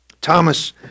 Thomas